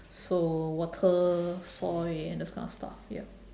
so water soil and those kind of stuff ya